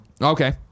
Okay